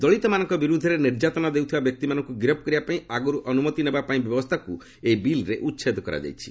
ଦଳିତମାନଙ୍କ ବିରୁଦ୍ଧରେ ନିର୍ଯାତନା ଦେଉଥିବା ବ୍ୟକ୍ତିମାନଙ୍କୁ ଗିରଫ୍ କରିବା ପାଇଁ ଆଗରୁ ଅନୁମତି ନେବା ପାଇଁ ବ୍ୟବସ୍ଥାକୁ ଏହି ବିଲ୍ରେ ଉଚ୍ଛେଦ କରାଯାଇଛି